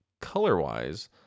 color-wise